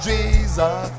Jesus